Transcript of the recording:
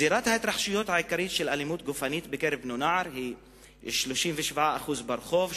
זירת ההתרחשויות העיקרית של אלימות גופנית בקרב בני-נוער היא 37% ברחוב,